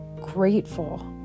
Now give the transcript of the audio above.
grateful